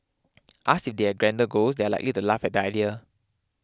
asked they had grander goals they are likely to laugh at the idea